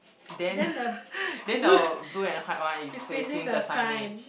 then then the blue and white one is facing the signage